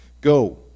Go